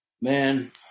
Man